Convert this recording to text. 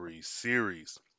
series